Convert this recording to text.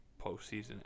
postseason